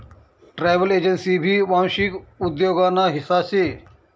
travel agency भी वांशिक उद्योग ना हिस्सा शे